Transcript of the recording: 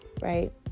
right